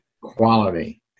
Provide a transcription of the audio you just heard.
quality